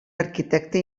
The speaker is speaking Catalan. arquitecte